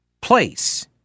place